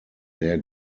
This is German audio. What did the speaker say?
sehr